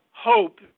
hope